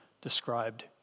described